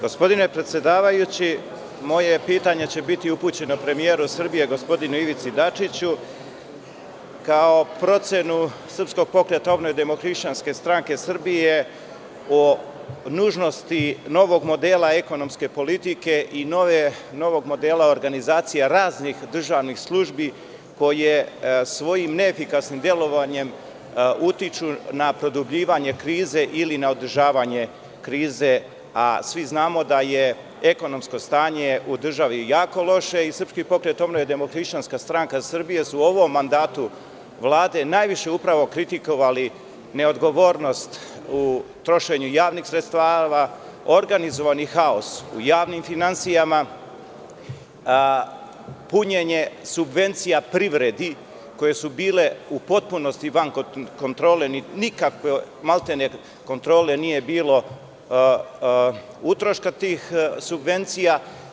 Gospodine predsedavajući, moje pitanje će biti upućeno premijeru Srbije, gospodinu Ivici Dačiću, kao procenu Srpskog pokreta obnove – Demohrišćanske stranke Srbije, o nužnosti novog modela ekonomske politike i novog modela organizacija raznih državnih službi, koje svojim neefikasnim delovanjem utiču na produbljivanje krize ili na održavanje krize, a svi znamo da je ekonomsko stanje u državi jako loše i Srpski pokret obnove – Demohrišćanska stranka Srbije su u ovom mandatu Vlade najviše, upravo kritikovali neodgovornost u trošenju javnih sredstava, organizovani haos u javnim finansijama, punjenje subvencija privredi, koje su bile u potpunosti nikakve, maltene kontrole nije bilo, utroška tih subvencija.